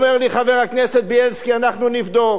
הוא אומר לי: חבר הכנסת בילסקי, אנחנו נבדוק.